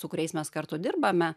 su kuriais mes kartu dirbame